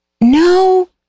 no